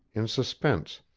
in suspense,